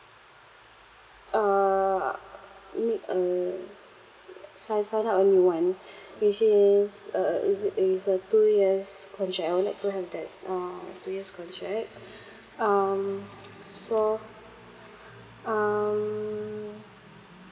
uh make a si~ sign up a new one which is uh uh is it it is a two years contract I would like to have that uh two years contract um so um